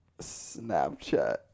Snapchat